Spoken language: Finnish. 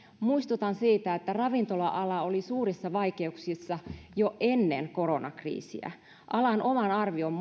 muistutan siitä että ravintola ala oli suurissa vaikeuksissa jo ennen koronakriisiä alan oman arvion